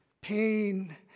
pain